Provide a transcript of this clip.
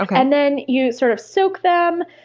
and then you sort of soak them,